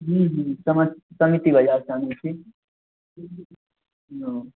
हुँ हुँ समस समिति बजारसँ आनै छी देखिऔ हँ